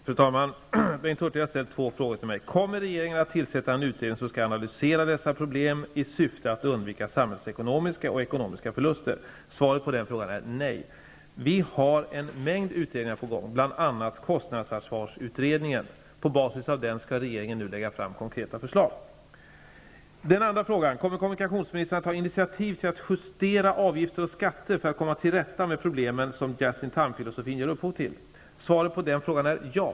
Fru talman! Beng Hurtig har ställt två frågor till mig. Den första frågan är: Kommer regeringen att tillsätta en utredning som skall analysera dessa problem i syfte att undvika samhällsekonomiska och ekonomiska förluster? Svaret på den frågan är nej. Det är en mängd utredningar på gång, bl.a. kostnadsansvarsutredningen. På basis av den skall nu regeringen lägga fram konkreta förslag. Den andra frågan är: Kommer regeringen att ta initiativ till att justera avgifter och skatter för att komma till rätta med de problem som just-in-timefilosofin ger upphov till? Svaret på den frågan är ja.